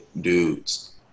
dudes